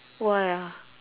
why ah